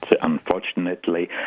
unfortunately